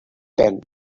pen